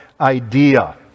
idea